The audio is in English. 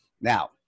Now